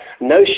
No